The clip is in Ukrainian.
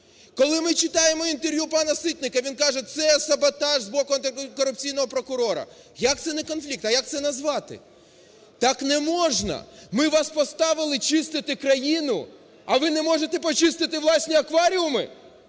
Коли ми читаємо інтерв'ю пана Ситника, він каже, це саботаж з боку антикорупційного прокурора. Як це не конфлікт, а як це назвати? Так не можна, ми вас поставили чистити країну, а ви не можете почистити власні акваріуми,